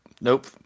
nope